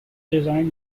designed